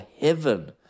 heaven